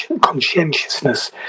conscientiousness